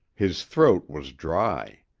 his throat was dry.